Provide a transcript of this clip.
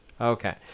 Okay